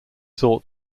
sought